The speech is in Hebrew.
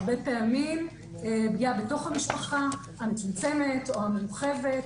הרבה פעמים פגיעה בתך המשפחה המצומצמת או המורחבת,